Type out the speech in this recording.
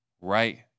right